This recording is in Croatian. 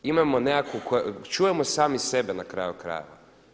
Imajmo, čujmo sami sebe na kraju krajeva.